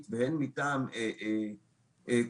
וצריך לרתום את כל